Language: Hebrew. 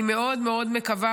אני מאוד מאוד מקווה,